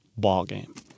ballgame